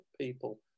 people